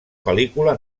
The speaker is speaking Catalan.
pel·lícula